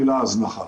הזנחה,